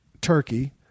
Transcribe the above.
turkey